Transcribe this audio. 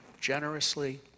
generously